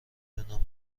دونم